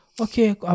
Okay